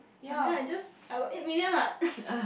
then I'd just I got eight million what